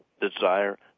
desire